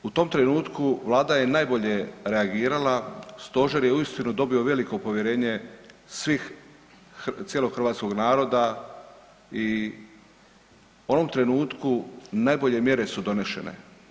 U tom trenutku Vlada je najbolje reagirala, stožer je uistinu dobio veliko povjerenje svih cijelog hrvatskog naroda i u onom trenutku najbolje mjere su donešene.